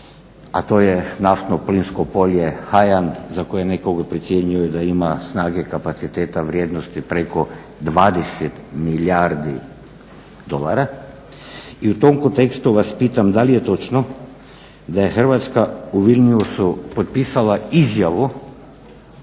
a to je naftno plinsko polje Hajan za koje neki procjenjuju da ima snage kapaciteta vrijednosti preko 20 milijardi dolara. I u tom kontekstu vas pitam da li je točno da je Hrvatska u Vilniusu potpisala izjavu,